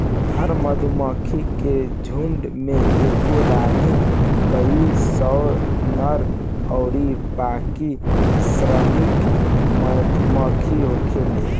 हर मधुमक्खी के झुण्ड में एगो रानी, कई सौ नर अउरी बाकी श्रमिक मधुमक्खी होखेले